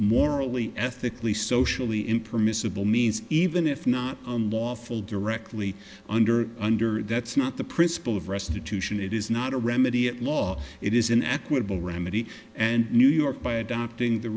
morally ethically socially impermissible means even if not unlawful directly under under that's not the principle of restitution it is not a remedy at law it is an equitable remedy and new york by adopting the